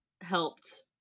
helped